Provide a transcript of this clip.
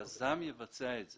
היזם הוא זה שצריך לבצע את זה.